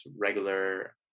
regular